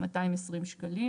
220 שקלים.